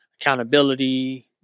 accountability